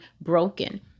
broken